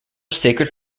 sacred